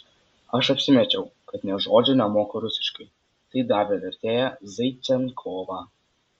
aš apsimečiau kad nė žodžio nemoku rusiškai tai davė vertėją zaičenkovą